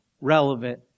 relevant